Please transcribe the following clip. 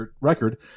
record